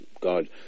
God